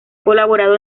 colaborado